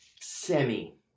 Semi